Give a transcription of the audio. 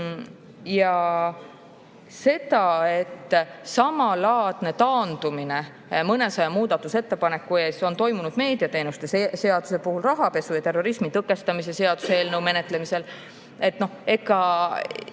raames. Samalaadne taandumine mõnesaja muudatusettepaneku ees on toimunud meediateenuste seaduse puhul, samuti rahapesu ja terrorismi tõkestamise seaduse eelnõu menetlemisel. Nii nagu